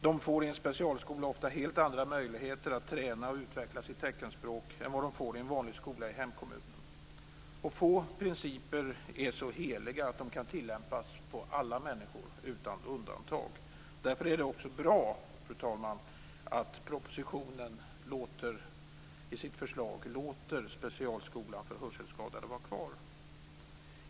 De får i en specialskola ofta helt andra möjligheter att träna och utveckla sitt teckenspråk än vad de får i en vanlig skola i hemkommunen. Få principer är så heliga att de kan tillämpas på alla människor utan undantag. Därför är det bra, fru talman, att oppositionen i sitt förslag låter specialskolan för hörselskadade vara kvar.